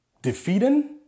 Defeating